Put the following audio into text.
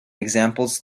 examples